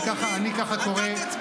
אני ככה קורא.